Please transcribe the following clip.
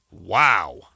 Wow